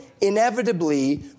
inevitably